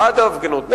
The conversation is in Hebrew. בעד ההפגנות,